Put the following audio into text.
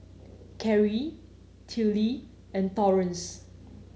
Carey Tillie and Torrence